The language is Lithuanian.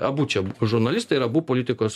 abu čia žurnalistai ir abu politikos